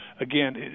again